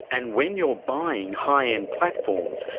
and when you're buying high-end platforms,